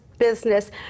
business